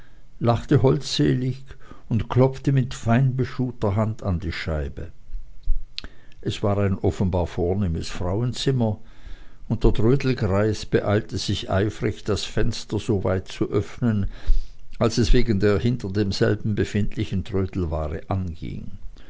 lachte holdselig und klopfte mit feinbeschuhter hand an die scheibe es war ein offenbar vornehmes frauenzimmer und der trödelgreis beeilte sich eifrig das fenster so weit zu öffnen als es wegen der hinter demselben befindlichen trödelware anging